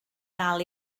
dal